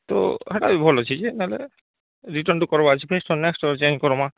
ତ ଏଇଟା ବି ଭଲ ଅଛି ଯେ ନେଲେ ରିଟର୍ନଟେ କରିବାର ଅଛି ନେଷ୍ଟ କରମା